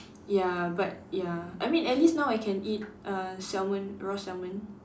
ya but ya I mean at least now I can eat err salmon raw salmon